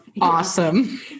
Awesome